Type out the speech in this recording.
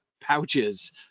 pouches